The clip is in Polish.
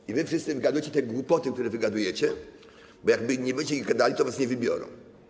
I wy wszyscy wygadujecie te głupoty, które wygadujecie, bo jak nie będziecie ich gadali, to was nie wybiorą.